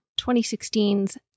2016's